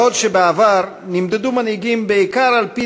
בעוד בעבר נמדדו מנהיגים בעיקר על-פי